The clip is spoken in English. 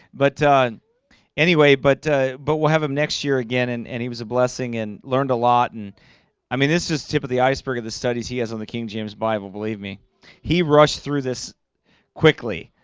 but anyway, but but we'll have him next year again, and and he was a blessing and learned a lot and i mean, this is the tip of the iceberg of the studies. he has on the king james bible believe me he rushed through this quickly,